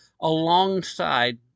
alongside